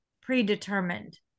predetermined